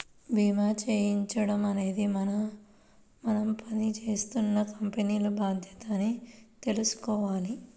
భీమా చేయించడం అనేది మనం పని జేత్తున్న కంపెనీల బాధ్యత అని తెలుసుకోవాల